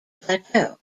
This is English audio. plateau